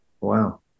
Wow